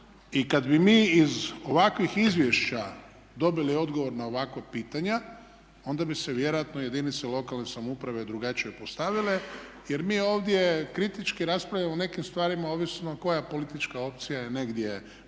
I kada bi mi iz ovakvih izvješća dobili odgovor na ovakva pitanja onda bi se vjerojatno jedinice lokalne samouprave drugačije postavile jer mi ovdje kritički raspravljamo o nekim stvarima ovisno koja politička opcija je negdje postavljena,